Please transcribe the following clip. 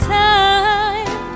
time